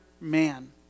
man